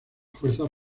fuerzas